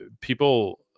people